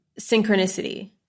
synchronicity